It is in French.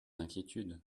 inquiétudes